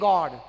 God